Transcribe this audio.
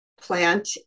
plant